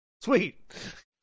Sweet